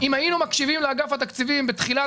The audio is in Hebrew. אם היינו מקשיבים לאגף התקציבים בתחילת